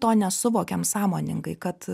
to nesuvokiam sąmoningai kad